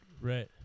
Right